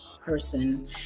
person